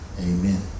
Amen